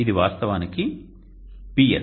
ఇది వాస్తవానికి PS